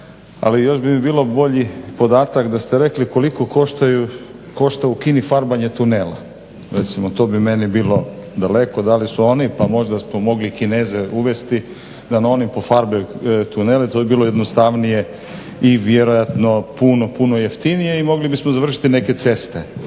Ali još bi mi bio bolji podatak da ste mi rekli koliko u Kini košta farbanje tunela. Recimo to bi meni bilo daleko da li su oni, pa možda smo mogli Kineze uvesti da nam oni pofarbaju tunele. To bi bilo jednostavnije i vjerojatno puno, puno jeftinije. I mogli bismo završiti neke ceste.